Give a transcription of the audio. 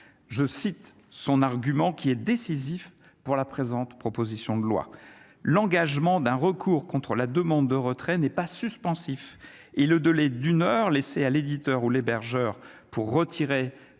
je cite son argument qui est décisif pour la présente proposition de loi l'engagement d'un recours contre la demande de retrait n'est pas suspensif et le de l'est du heure à l'éditeur ou l'hébergeur pour retirer